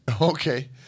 Okay